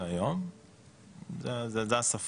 זה לא השפות,